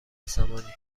زمانی